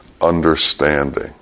understanding